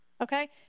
Okay